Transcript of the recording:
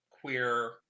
queer